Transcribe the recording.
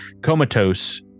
comatose